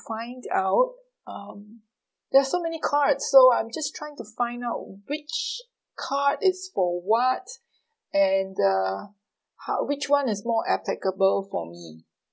find out um there're so many card so I'm just trying to find out which card is for what and uh ho~ which one is more applicable for me